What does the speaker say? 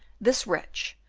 this wretch,